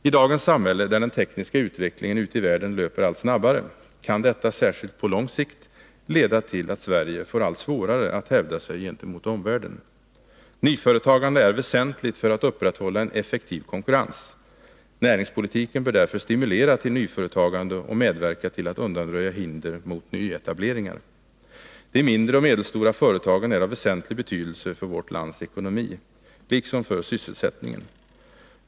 I dagens samhälle, där den tekniska utvecklingen ute i världen löper allt snabbare, kan detta, särskilt på lång sikt, leda till att Sverige får allt svårare att hävda sig gentemot omvärlden. Nyföretagande är väsentligt för att upprätthålla en effektiv konkurrens. Näringspolitiken bör därför stimuleras till nyföretagande och medverka till att undanröja hinder mot nyetableringar. De mindre och medelstora företagen är av väsentlig betydelse för vårt lands ekonomi, liksom för sysselsättningen.